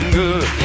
good